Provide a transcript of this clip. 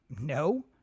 No